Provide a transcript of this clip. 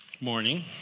Morning